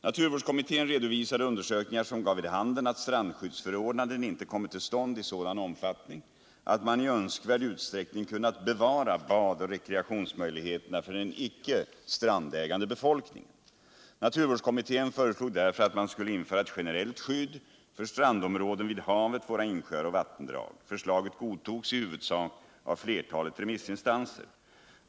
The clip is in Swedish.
Naturvårdskommittén redovisade undersökningar som gav vid handen att strandskyddsförordnanden inte kommit till stånd i sådan omfattning att man i önskvärd utsträckning kunnat bevara bad och rekreationsmöjligheterna för den icke strandägande befolkningen. Naturvårdskommittén föreslog därför att man skulle införa ett generellt skydd för strandområden vid havet, våra insjöar och vattendrag. Förslaget godtogs i huvudsak av flertalet remissinstanser.